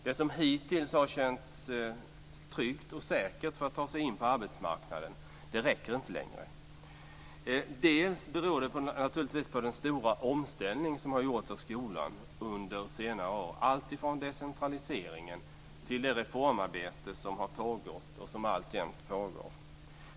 Det som hittills har känts tryggt och säkert för att ta sig in på arbetsmarknaden räcker inte längre. För det andra beror det naturligtvis på den stora omställning som har gjorts av skolan under senare år, alltifrån decentraliseringen till det reformarbete som har pågått och som alltjämt pågår.